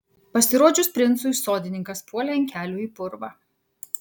pasirodžius princui sodininkas puolė ant kelių į purvą